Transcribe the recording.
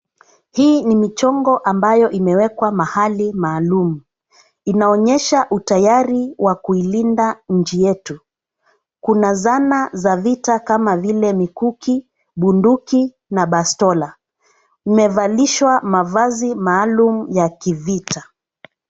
Hii ni michongo ambayo imewekwa mahali maalum. Inaonyesha utayari wa kuilinda nchi yetu. Kuna zana za vita kama vile: mikuki, bunduki na bastola. Imevalishwa mavazi maalum ya kivita.